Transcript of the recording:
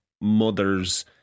mothers